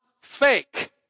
fake